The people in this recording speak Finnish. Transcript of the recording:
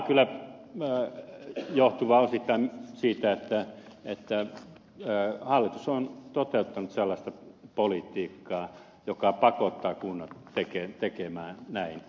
tämä kyllä osittain johtuu siitä että hallitus on toteuttanut sellaista politiikkaa joka pakottaa kunnat tekemään näin